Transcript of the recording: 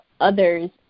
others